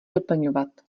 doplňovat